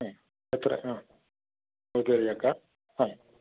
അ എത്ര അ മൂത്തയൊരു ചക്ക അ